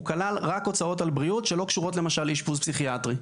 הוא כלל רק הוצאות על בריאות שלא קשורות למשל לאשפוז פסיכיאטרי.